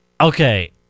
Okay